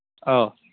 ꯑꯧ